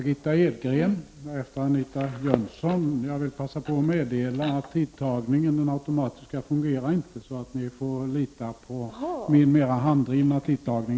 Jag vill passa på och meddela att den automatiska tidtagningen inte fungerar. Ni får lita på min handdrivna tidtagning.